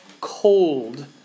cold